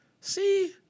See